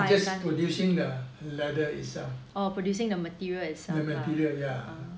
no just produce leather itself the material yeah